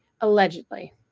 allegedly